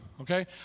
okay